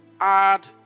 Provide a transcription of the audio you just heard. add